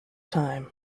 time